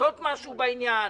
לעשות משהו בעניין.